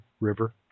River